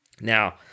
Now